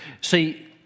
See